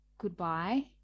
goodbye